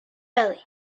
early